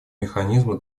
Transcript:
механизмы